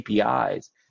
APIs